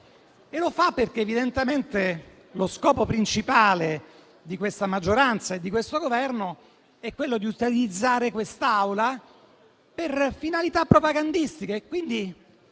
e lo fa perché evidentemente lo scopo principale di questa maggioranza e di questo Governo è quello di utilizzare quest'Aula per finalità propagandistiche. Quindi